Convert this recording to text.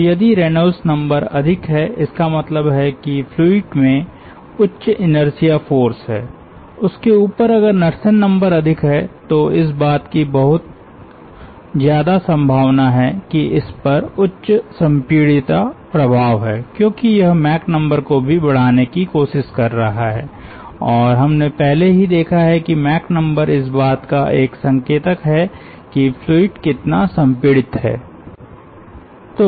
तो यदि Reynolds number अधिक है इसका मतलब है कि फ्लूइड में उच्च इनर्शिया फ़ोर्स है उसके ऊपर अगर नड्सन नंबर अधिक है तो इस बात की बहुत ज्यादा संभावना है कि इस पर उच्च संपीड्यता प्रभाव है क्योंकि यह मैक नंबर को भी बढ़ाने की कोशिश कर रहा है और हमने पहले ही देखा है कि मैक नंबर इस बात का एक संकेतक है कि फ्लूइड कितना संपीडित है